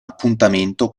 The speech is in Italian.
appuntamento